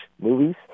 movies